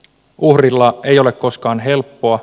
uhrilla ei ole koskaan helppoa